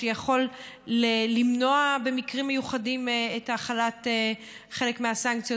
שיכול למנוע במקרים מיוחדים את החלת חלק מהסנקציות,